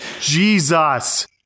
jesus